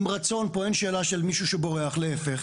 עם רצון וכאן אין שאלה של מישהו שבורח אלא להיפך,